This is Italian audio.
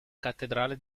cattedrale